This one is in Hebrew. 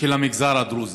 של המגזר הדרוזי,